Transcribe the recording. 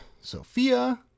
Sophia